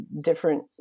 different